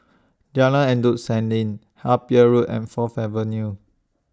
Jalan Endut Senin Harper Road and Fourth Avenue